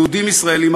יהודים ישראלים,